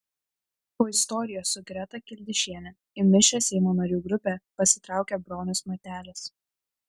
po istorijos su greta kildišiene į mišrią seimo narių grupę pasitraukė bronius matelis